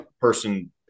person